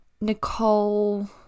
nicole